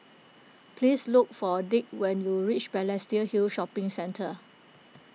please look for Dirk when you reach Balestier Hill Shopping Centre